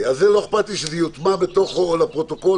לא אכפת לי שזה יוטמע בתוך הפרוטוקול.